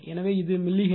எனவே இது milli Henry